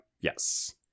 yes